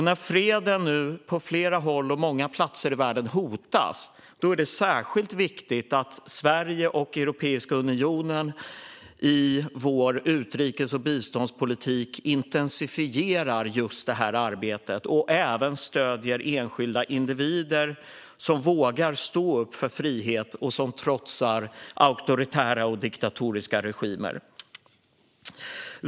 När freden nu på flera håll och många platser hotas är det särskilt viktigt att Sverige och Europeiska unionen i vår utrikes och biståndspolitik intensifierar just detta arbete och även stöder enskilda individer som vågar stå upp för frihet och som trotsar auktoritära och diktatoriska regimer.